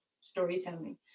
storytelling